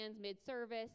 mid-service